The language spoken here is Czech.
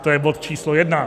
To je bod číslo jedna.